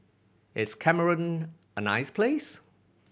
is Cameroon a nice place